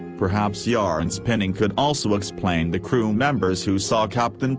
perhaps yarn-spinning could also explain the crew members who saw capt. and